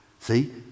See